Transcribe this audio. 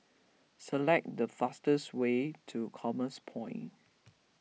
select the fastest way to Commerce Point